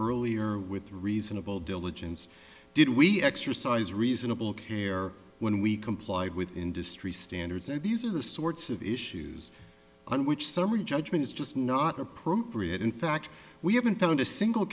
earlier with reasonable diligence did we exercise reasonable care when we complied with industry standards and these are the sorts of issues on which summary judgment is just not appropriate in fact we haven't found a single